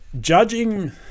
judging